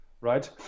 right